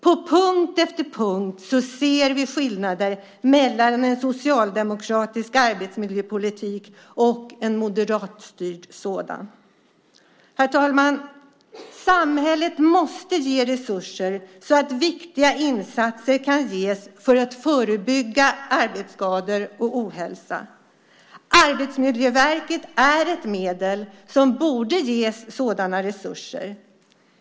På punkt efter punkt ser vi skillnader mellan en socialdemokratisk arbetsmiljöpolitik och en moderatstyrd sådan. Herr talman! Samhället måste ge resurser så att viktiga insatser kan ges för att förebygga arbetsskador och ohälsa. Arbetsmiljöverket är ett medel som borde ges sådana resurser.